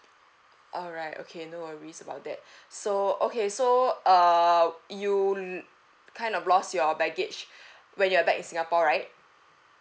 alright okay no worries about that so okay so err you l~ kind of lost your baggage when you're back in singapore right